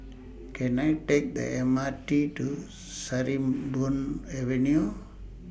Can I Take The M R T to Sarimbun Avenue